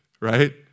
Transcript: Right